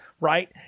Right